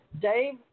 Dave